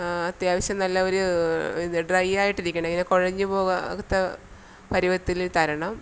അത്യാവശ്യം നല്ല ഒരു ഡ്രൈയായിട്ടിരിക്കണം ഇങ്ങനെ കുഴഞ്ഞുപോകാത്ത പരുവത്തില് തരണം